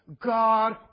God